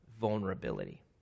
vulnerability